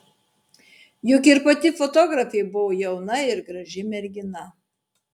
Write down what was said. juk ir pati fotografė buvo jauna ir graži mergina